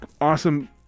awesome